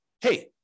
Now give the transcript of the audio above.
hey